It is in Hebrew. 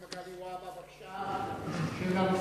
חבר הכנסת מגלי והבה, בבקשה, שאלה נוספת,